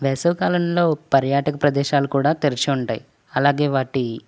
వేసవి కాలంలో పర్యాటక ప్రదేశాలు కూడా తెరిచి ఉంటాయి అలాగే వాటి